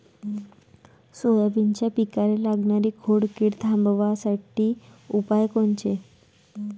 सोयाबीनच्या पिकाले लागनारी खोड किड थांबवासाठी उपाय कोनचे?